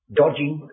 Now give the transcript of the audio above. dodging